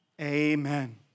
Amen